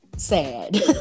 Sad